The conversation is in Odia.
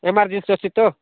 ଏମର୍ଜେନ୍ସି ଅଛି ତ